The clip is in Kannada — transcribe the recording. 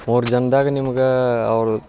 ಮೂರು ಜನ್ದಾಗ ನಿಮ್ಗೆ ಅವ್ರದ್ದು